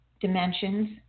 dimensions